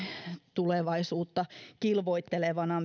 tulevaisuuteen kilvoittelevana